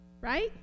right